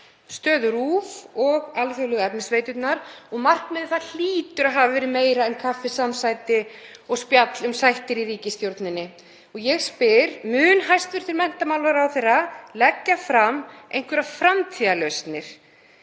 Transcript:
stöðu RÚV og alþjóðlegu efnisveiturnar. Markmiðið þar hlýtur að hafa verið meira en kaffisamsæti og spjall um sættir í ríkisstjórninni, og ég spyr: Mun hæstv. menntamálaráðherra leggja fram einhverjar framtíðarlausnir